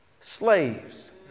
slaves